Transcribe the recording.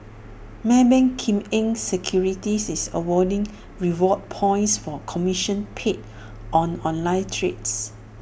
maybank Kim Eng securities is awarding reward points for commission paid on online trades